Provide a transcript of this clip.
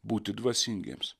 būti dvasingiems